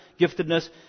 giftedness